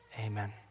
amen